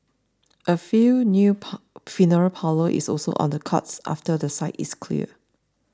a few new funeral parlour is also on the cards after the site is cleared